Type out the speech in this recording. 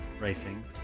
Racing